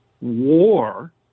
war